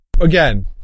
again